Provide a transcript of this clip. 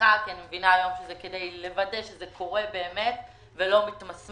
שמחה כי אני מבינה היום שזה כדי לוודא שזה קורה באמת ולא מתמסמס.